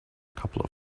couple